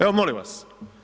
Evo molim vas.